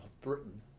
Britain